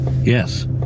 Yes